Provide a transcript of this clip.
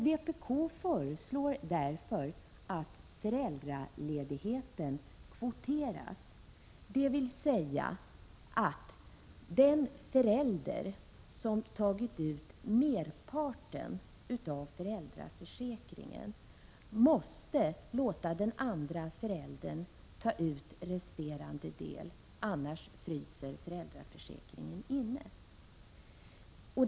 Vpk föreslår därför att föräldraledigheten kvoteras, dvs. att den förälder som tagit ut merparten av föräldraförsäkringen måste låta den andra föräldern ta ut resterande del; annars fryser föräldraförsäkringen inne.